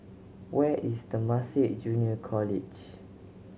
where is Temasek Junior College